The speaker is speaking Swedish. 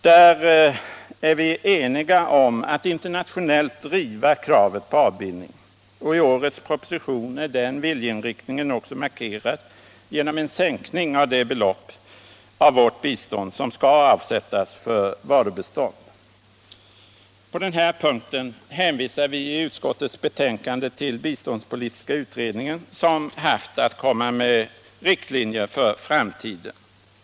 Vi är eniga om att internationellt driva kravet på avbindning — och i årets proposition är denna viljeinriktning också markerad genom en sänkning av det belopp av vårt bistånd som skall avsättas för varubistånd. På den här punkten hänvisar vi i utskottets betänkande till biståndspolitiska utredningen, som haft att komma med förslag till riktlinjer för framtiden.